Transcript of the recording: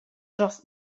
dros